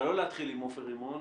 אבל לא להתחיל עם עופר רימון,